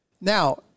Now